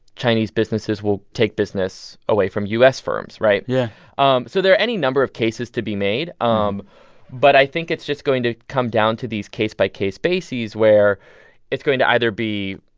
chinese businesses will take business away from u s. firms, right? yeah um so there are any number of cases to be made. um but i think it's just going to come down to these case-by-case bases where it's going to either be,